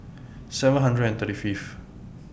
seven hundred and thirty Fifth